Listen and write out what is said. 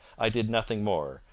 i did nothing more,